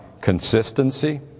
consistency